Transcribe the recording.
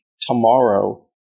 tomorrow